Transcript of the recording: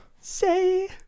Say